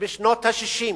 ובשנות ה-60,